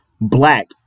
black